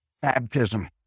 Baptism